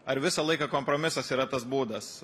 ar visą laiką kompromisas yra tas būdas